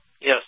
Yes